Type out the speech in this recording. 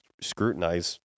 scrutinize